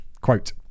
quote